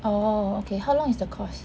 orh okay how long is the course